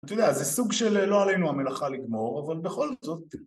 אתה יודע, זה סוג של לא עלינו המלאכה לגמור, אבל בכל זאת...